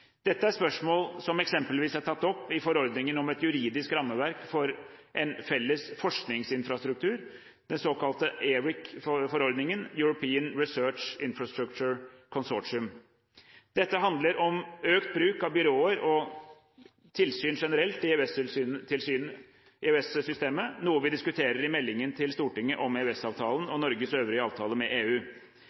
Dette er spørsmål som eksempelvis er tatt opp i forordningen om et juridisk rammeverk for en felles forskningsinfrastruktur, den såkalte ERIC-forordningen – European Research Infrastructure Consortium. Dette handler om økt bruk av byråer og tilsyn generelt i EU-systemet, noe vi diskuterer i meldingen til Stortinget om EØS-avtalen og Norges øvrige avtaler med EU.